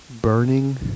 burning